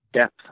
depth